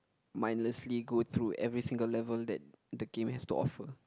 mindlessly go through every single level that the game has to offer